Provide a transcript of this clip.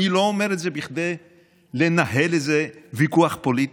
אני לא אומר את זה כדי לנהל איזה ויכוח פוליטי.